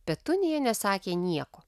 petunija nesakė nieko